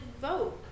vote